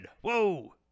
Whoa